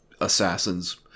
assassins